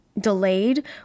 delayed